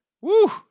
Woo